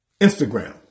Instagram